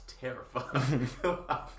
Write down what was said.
terrified